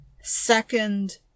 second